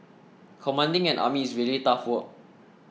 commanding an army is really tough work